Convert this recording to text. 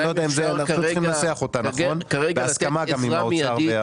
צריך לנסח אותה, בהסכמת האוצר.